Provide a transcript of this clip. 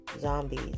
zombies